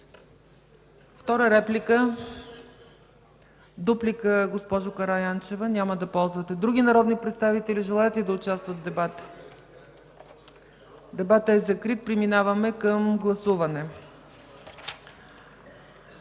Втора реплика? Дуплика, госпожо Караянчева? Няма да ползвате. Други народни представители желаят ли да участват в дебата? Дебатът е закрит. Преминаваме към гласуване.